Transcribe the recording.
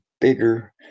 bigger